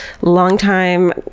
longtime